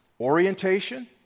Orientation